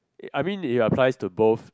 I mean it applies to both